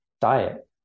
diet